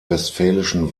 westfälischen